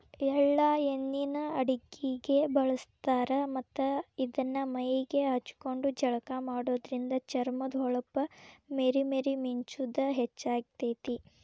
ಎಳ್ಳ ಎಣ್ಣಿನ ಅಡಗಿಗೆ ಬಳಸ್ತಾರ ಮತ್ತ್ ಇದನ್ನ ಮೈಗೆ ಹಚ್ಕೊಂಡು ಜಳಕ ಮಾಡೋದ್ರಿಂದ ಚರ್ಮದ ಹೊಳಪ ಮೇರಿ ಮೇರಿ ಮಿಂಚುದ ಹೆಚ್ಚಾಗ್ತೇತಿ